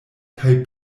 kaj